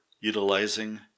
utilizing